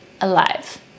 alive